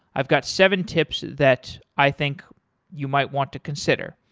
i've got seven tips that i think you might want to consider.